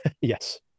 Yes